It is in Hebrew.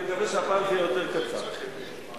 להצבעה בקריאה ראשונה על הצעת חוק הביטוח